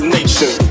Nation